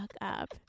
up